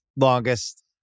longest